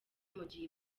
mugihe